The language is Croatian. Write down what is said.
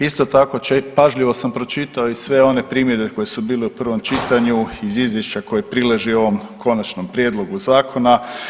Isto tako pažljivo sam pročitao i sve one primjedbe koje su bile u prvom čitanju iz izvješće koje prileži ovom Konačnom prijedlogu zakona.